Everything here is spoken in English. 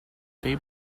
they